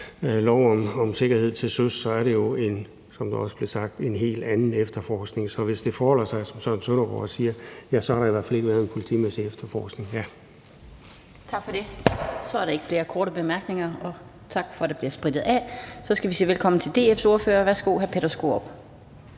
lov om sikkerhed til søs, er det jo, som det også blev sagt, en helt anden efterforskning. Så hvis det forholder sig, som Søren Søndergaard siger, så har der i hvert fald ikke været en politimæssig efterforskning. Kl. 16:05 Den fg. formand (Annette Lind): Tak for det. Så er der ikke flere korte bemærkninger, og tak for, at der bliver sprittet af. Så skal vi sige velkommen til DF's ordfører. Værsgo, hr. Peter Skaarup.